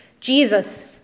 Jesus